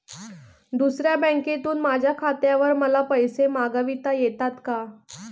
दुसऱ्या बँकेतून माझ्या खात्यावर मला पैसे मागविता येतात का?